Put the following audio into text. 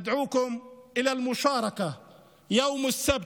קורא לכם להשתתף ביום שבת,